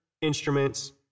Instruments